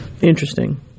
Interesting